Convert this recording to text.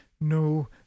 No